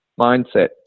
mindset